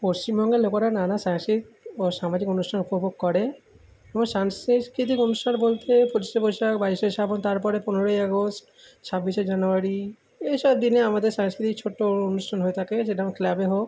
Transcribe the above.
পশ্চিমবঙ্গের লোকেরা নানা সাংস্কৃতিক ও সামাজিক অনুষ্ঠান উপভোগ করে কোনো সাংস্কৃতিক অনুষ্ঠান বলতে পঁচিশে বৈশাখ বাইশে শ্রাবণ তারপরে পনেরোই আগস্ট ছাব্বিশে জানুয়ারি এই সব দিনে আমাদের সাংস্কৃতিক ছোট্টো অনুষ্ঠান হয়ে থাকে যেটা আমার ক্লাবে হোক